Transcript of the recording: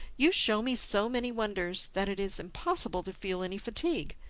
you show me so many wonders that it is impossible to feel any fatigue.